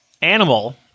animal